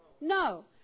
No